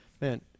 man